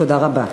תודה רבה.